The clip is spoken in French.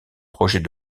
projet